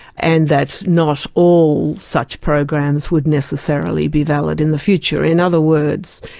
and that not all such programs would necessarily be valid in the future. in other words,